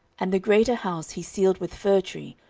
and the greater house he cieled with fir tree,